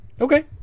Okay